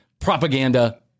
propaganda